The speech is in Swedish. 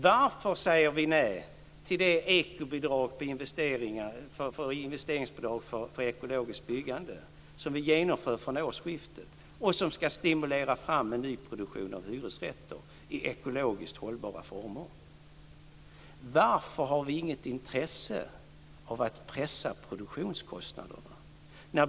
Varför säger vi nej till ekobidraget, det investeringsbidrag som är genomfört från årsskiftet och som ska stimulera fram en nyproduktion av hyresrätter i ekologiskt hållbara former? Varför har vi inget intresse av att pressa produktionskostnaderna?